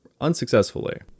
unsuccessfully